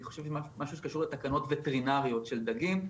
אני חושב משהו שקשור לתקנות וטרינריות של דגים.